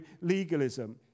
legalism